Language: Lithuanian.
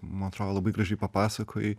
man atrodo labai gražiai papasakojai